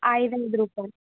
ఐదు ఐదు రూపాయలు